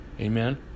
Amen